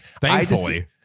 Thankfully